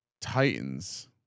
Titans